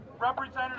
Representative